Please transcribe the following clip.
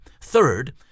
Third